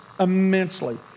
immensely